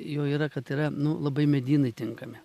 jo yra kad yra nu labai medynai tinkami